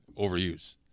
overuse